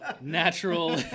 Natural